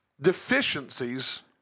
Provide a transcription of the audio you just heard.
deficiencies